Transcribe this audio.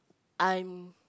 I'm